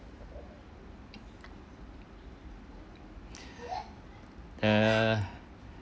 err